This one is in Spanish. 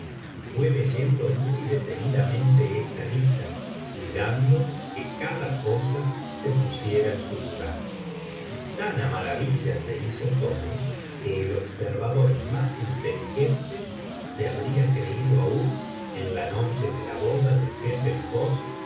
y fué leyendo muy detenidamente esta lista cuidanho que cada cosa se pusiera en su lugar y tan á maravilla se hizo todo que el observador más inteligente se habría creído aún en la noche de la boda de sett